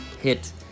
hit